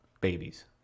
babies